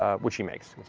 ah which he makes.